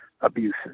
abuses